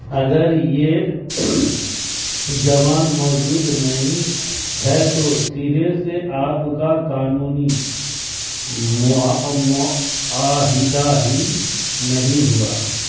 اگر یہ زبان موجود نہیں ہے تو سرے سے آپ کا قانونی معاہدہ ہی نہیں ہوا